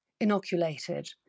inoculated